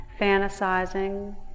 fantasizing